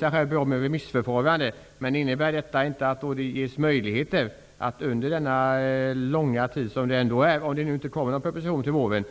för sig bra med remissförfarande, men det innebär ju att det ges möjligheter att fortsätta att utnyttja systemet under den långa tid som kommer att gå, om det inte kommer någon proposition till våren.